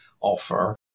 offer